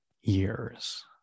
years